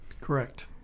Correct